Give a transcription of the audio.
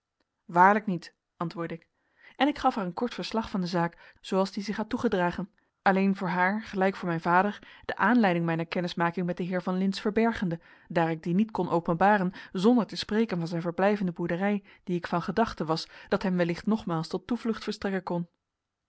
waarlijk niet antwoordde ik en ik gaf haar een kort verslag van de zaak zooals die zich had toegedragen alleen voor haar gelijk voor mijn vader de aanleiding mijner kennismaking met den heer van lintz verbergende daar ik die niet kon openbaren zonder te spreken van zijn verblijf in de boerderij die ik van gedachte was dat hem wellicht nogmaals tot toevlucht verstrekken kon